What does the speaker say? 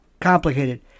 complicated